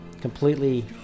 completely